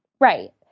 Right